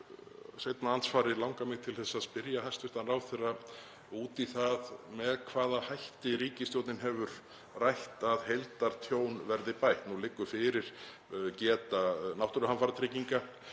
seinna andsvari langar mig til að spyrja hæstv. ráðherra út í það með hvaða hætti ríkisstjórnin hefur rætt að heildartjón verði bætt. Nú liggur fyrir geta Náttúruhamfaratryggingar